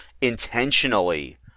intentionally